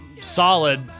solid